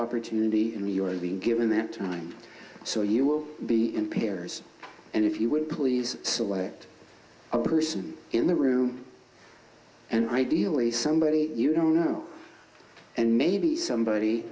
opportunity in your being given that time so you will be in pairs and if you would please select a person in the room and ideally somebody you don't know and maybe somebody